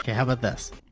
how about this?